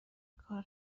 کار